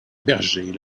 berger